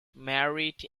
married